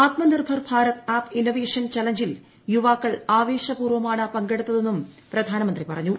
Atmanirbhar Bharat app innovation ചലഞ്ചിൽ യുവാക്കൾ ആവേശപൂർവമാണ് പങ്കെടുത്തതെന്നും പ്രധാനമന്ത്രി പറഞ്ഞു